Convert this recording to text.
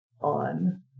on